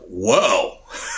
whoa